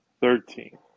Thirteen